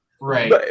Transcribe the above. Right